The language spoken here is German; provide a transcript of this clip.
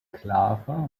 clara